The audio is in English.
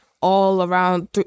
all-around